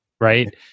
right